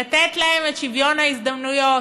לתת להם את שוויון ההזדמנויות